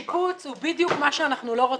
השיפוץ הוא בדיוק מה שאנחנו לא רוצים.